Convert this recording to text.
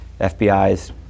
FBI's